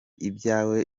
ibyawe